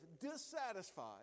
dissatisfied